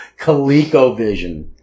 ColecoVision